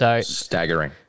Staggering